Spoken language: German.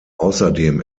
außerdem